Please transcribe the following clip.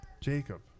Jacob